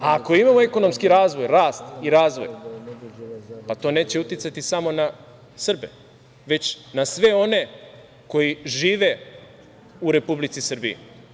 A ako imamo ekonomski razvoj, rast i razvoj, pa to neće uticati samo na Srbe, već na sve one koji žive u Republici Srbiji.